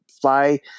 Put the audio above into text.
fly